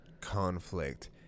conflict